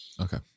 Okay